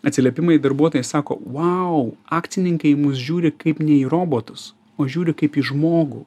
atsiliepimai darbuotojai sako vau akcininkai į mus žiūri kaip ne į robotus o žiūri kaip į žmogų